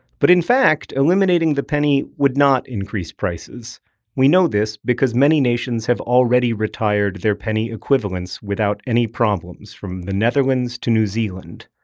but in fact, eliminating the penny would not increase prices we know this because many nations have already retired their penny-equivalents without any problems, from the netherlands to new zealand.